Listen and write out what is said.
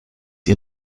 ihr